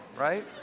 right